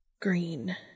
Green